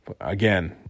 Again